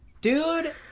dude